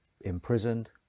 imprisoned